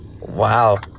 Wow